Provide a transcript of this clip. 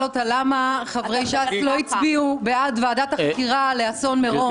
אותה למה חברי ש"ס לא הצביעו בעד ועדת החקירה לאסון מירון.